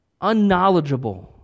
unknowledgeable